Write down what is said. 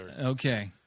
Okay